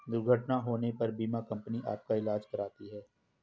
दुर्घटना होने पर बीमा कंपनी आपका ईलाज कराती है